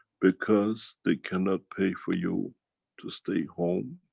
because they cannot pay for you to stay home,